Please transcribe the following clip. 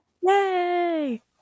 yay